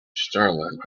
starlight